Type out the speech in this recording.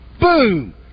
boom